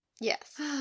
yes